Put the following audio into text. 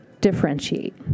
differentiate